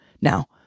Now